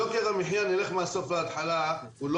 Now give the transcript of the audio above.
נלך מהסוף להתחלה, יוקר המחיה.